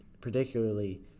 particularly